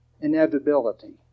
inevitability